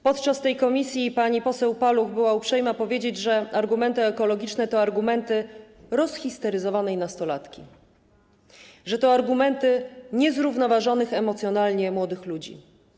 Podczas tego posiedzenia pani poseł Paluch była uprzejma powiedzieć, że argumenty ekologiczne to argumenty rozhisteryzowanej nastolatki, że to argumenty niezrównoważonych emocjonalnie młodych ludzi.